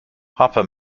hopper